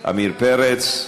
חוק זו עברה, ב-22 קולות.